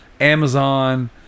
Amazon